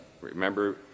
remember